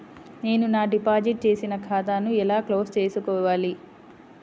నేను నా డిపాజిట్ చేసిన ఖాతాను ఎలా క్లోజ్ చేయాలి?